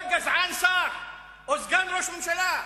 כל גזען שר או סגן ראש ממשלה.